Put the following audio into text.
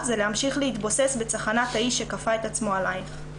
זה להמשיך להתבוסס בצחנת האיש שכפה את עצמו עליך.